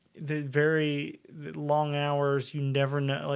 the very long hours, you never know.